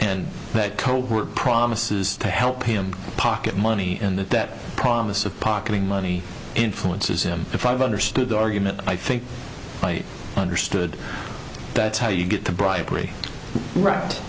and that cold war promises to help him pocket money and that that promise of pocketing money influences him if i've understood the argument i think i understood that's how you get the bribery r